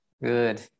Good